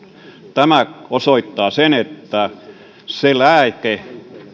tämä osoittaa sen että se lääke